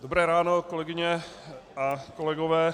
Dobré ráno, kolegyně a kolegové.